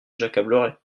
j’accablerais